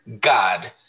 God